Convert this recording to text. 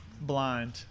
blind